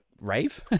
rave